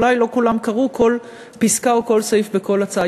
אולי לא כולם קראו כל פסקה או כל סעיף בכל הצעה.